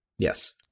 Yes